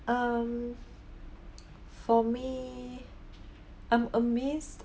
um for me I'm amazed